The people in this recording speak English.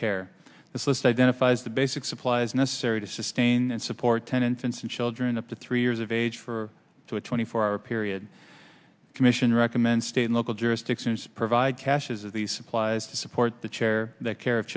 care this list identifies the basic supplies necessary to sustain and support ten infants and children up to three years of age for two a twenty four hour period commission recommends state local jurisdictions provide caches of the supplies to support the chair care of